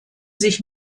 sich